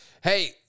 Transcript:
Hey